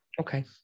okay